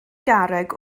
garreg